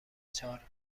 چهار